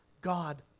God